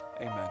amen